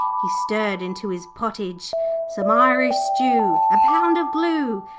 he stirred into his pottage some irish stew, a pound of glue,